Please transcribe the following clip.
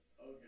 Okay